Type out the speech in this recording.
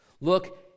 Look